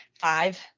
Five